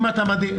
אם אתה מדיד,